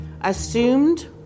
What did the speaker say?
assumed